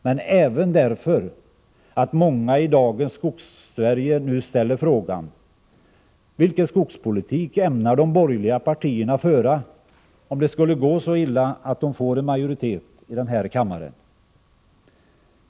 Men jag har velat ge den också därför att många i dagens Skogssverige nu ställer frågan: Vilken skogspolitik ämnar de borgerliga partierna föra om det skulle gå så illa att de får en majoritet i den här kammaren?